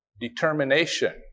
determination